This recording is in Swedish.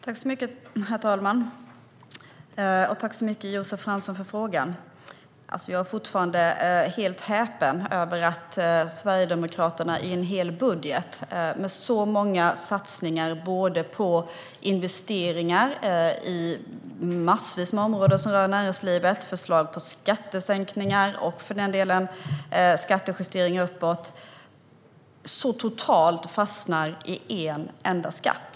Herr talman! Tack så mycket för frågan, Josef Fransson! Jag är fortfarande helt häpen över att Sverigedemokraterna i en hel budget, med så många satsningar på investeringar på massvis med områden som rör näringslivet, förslag på skattesänkningar och för den delen skattejusteringar uppåt, så totalt fastnar i en enda skatt.